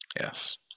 Yes